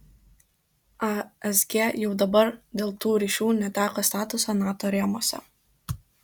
asg jau dabar dėl tų ryšių neteko statuso nato rėmuose